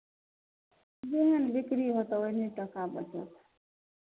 जेहन बिक्री होतै ओहने टाका बचतै